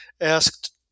asked